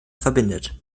verbindet